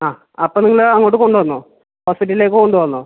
ആ അപ്പോൾ നിങ്ങൾ അങ്ങോട്ട് കൊണ്ട് വന്നോ ഹോസ്പിറ്റലിലേക്ക് കൊണ്ട് വന്നോ